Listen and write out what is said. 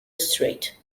strait